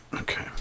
Okay